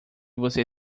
você